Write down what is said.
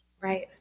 Right